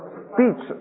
speech